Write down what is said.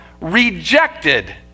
rejected